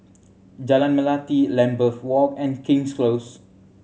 Jalan Melati Lambeth Walk and King's Close